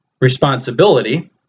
responsibility